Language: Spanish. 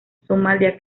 somalia